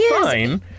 fine